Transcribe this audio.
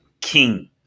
King